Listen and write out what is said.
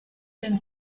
den